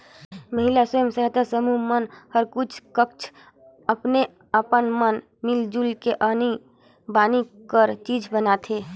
महिला स्व सहायता समूह मन हर कुछ काछ अपने अपन मन मिल जुल के आनी बानी कर चीज बनाथे